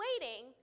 waiting